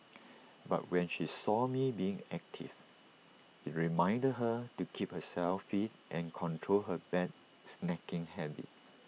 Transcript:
but when she saw me being active IT reminded her to keep herself fit and control her bad snacking habits